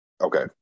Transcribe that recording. Okay